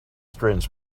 strange